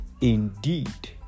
indeed